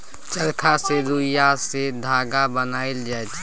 चरखा सँ रुइया सँ धागा बनाएल जाइ छै